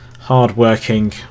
hard-working